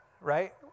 right